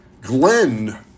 Glenn